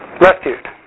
rescued